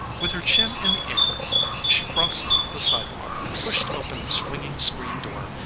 with her chin in the air she crossed the sidewalk, pushed open the swinging screen-door,